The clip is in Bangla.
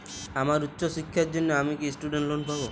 আমার উচ্চ শিক্ষার জন্য আমি কি স্টুডেন্ট লোন পাবো